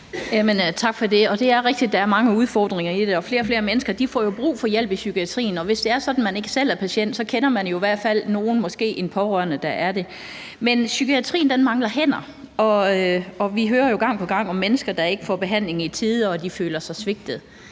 der er mange udfordringer i det, og at flere og flere mennesker får brug for hjælp i psykiatrien, og hvis det er sådan, at man ikke selv er patient, så kender man jo i hvert fald nogle, måske en pårørende, der er det. Men psykiatrien mangler hænder, og vi hører jo gang på gang om mennesker, der ikke får behandling i tide, og som føler sig svigtet.